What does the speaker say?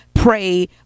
Pray